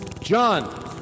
John